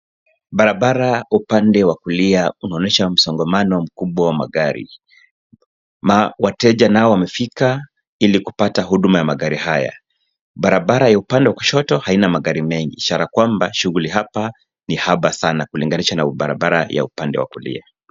Barabara upande wa kulia unaonyesha msongamano mkubwa wa magari. Wateja nao wamefika ili kupata huduma ya magari haya. Barabara upande wa kushoto haina magari mengi ishara kwamba shughui hapa na haba kulinganisha na barabara ya upande wa kulia.